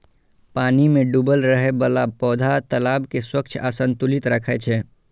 पानि मे डूबल रहै बला पौधा तालाब कें स्वच्छ आ संतुलित राखै छै